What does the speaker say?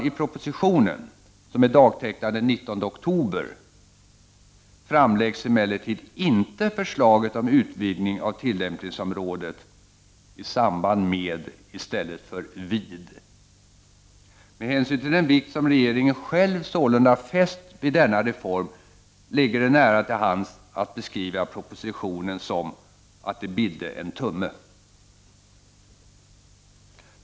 I propositionen — som är dagtecknad den 19 oktober 1989 — framläggs emellertid inte förslaget om utvidgning av tillämpningsområdet, alltså ”i samband med” i stället för ”vid”. Med hänsyn till den vikt som regeringen själv sålunda fäst vid denna reform ligger det nära till hands att beskriva propositionen som ”att det bidde en tumme”.